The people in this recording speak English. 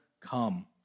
come